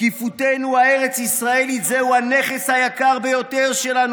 זקיפותנו הארץ ישראלית זהו הנכס היקר ביותר שלנו,